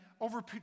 over